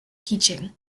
teaching